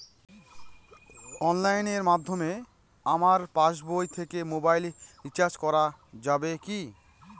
অনলাইনের মাধ্যমে আমার পাসবই থেকে মোবাইল রিচার্জ করা যাবে কি?